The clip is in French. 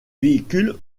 véhicules